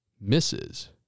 misses